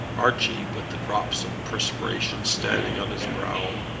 archie, with the drops of perspiration standing on his brow,